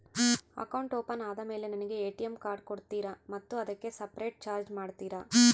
Account open ಆದಮೇಲೆ ನನಗೆ ATM card ಕೊಡ್ತೇರಾ ಮತ್ತು ಅದಕ್ಕೆ ಸಪರೇಟ್ ಚಾರ್ಜ್ ಮಾಡ್ತೇರಾ?